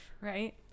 Right